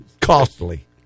costly